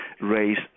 raise